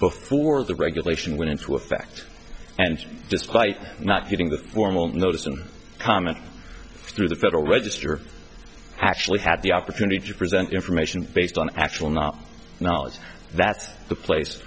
before the regulation went into effect and despite not giving the formal notice and comment through the federal register actually had the opportunity to present information based on actual not knowledge that's the place